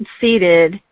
seated